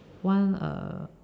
one uh